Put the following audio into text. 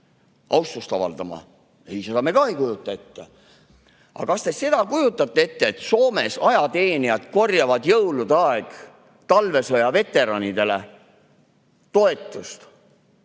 austust avaldama? Ei, seda me ka ei kujuta ette. Aga kas te seda kujutate ette, et Soomes ajateenijad korjavad jõulude aeg talvesõja veteranidele toetust?